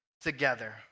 together